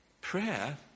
Prayer